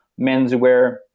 menswear